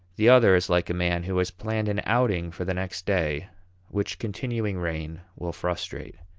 the other is like a man who has planned an outing for the next day which continuing rain will frustrate.